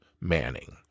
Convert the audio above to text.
Manning